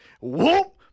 Whoop